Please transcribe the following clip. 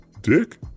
dick